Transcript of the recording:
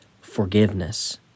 forgiveness